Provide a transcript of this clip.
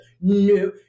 No